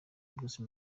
bruce